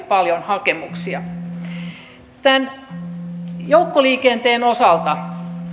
paljon hakemuksia joukkoliikenteen osalta